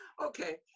Okay